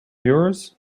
yours